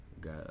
got